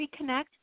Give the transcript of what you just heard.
reconnect